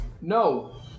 No